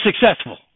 successful